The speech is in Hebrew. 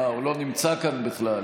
אהה, הוא לא נמצא כאן בכלל.